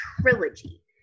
trilogy